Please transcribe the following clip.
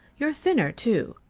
you're thinner, too.